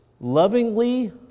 lovingly